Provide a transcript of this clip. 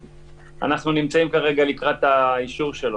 ואנחנו נמצאים כרגע לקראת האישור שלו.